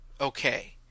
okay